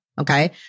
Okay